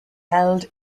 held